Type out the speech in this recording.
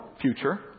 future